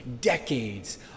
decades